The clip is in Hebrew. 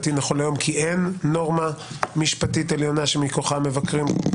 המשפטי נכון להיום כי אין נורמה משפטית עליונה שמכוחה מבקרים,